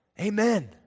amen